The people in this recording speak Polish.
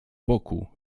boku